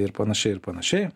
ir panašiai ir panašiai